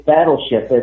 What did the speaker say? Battleship